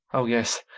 o yes.